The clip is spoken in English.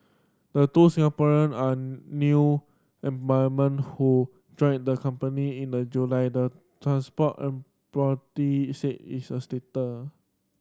the two Singaporean are new employment who joined the company in the July the transport operator said is a stater